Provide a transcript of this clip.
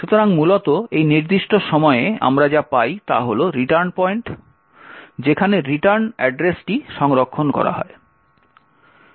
সুতরাং মূলত এই নির্দিষ্ট সময়ে আমরা যা পাই তা হল রিটার্ন পয়েন্ট যেখানে রিটার্ন অ্যাড্রেসটি সংরক্ষণ করা হয়